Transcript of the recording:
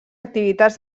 activitats